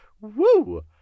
woo